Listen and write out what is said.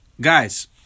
guys